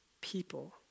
People